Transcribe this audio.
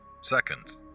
seconds